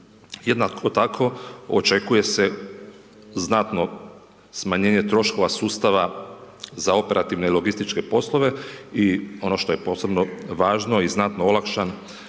Jednako tako, očekuje se znatno smanjenje troškova sustava za operativne i logističke poslove i ono što je posebno važno i znatno olakšan